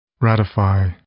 Ratify